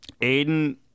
Aiden